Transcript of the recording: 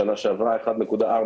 1.4,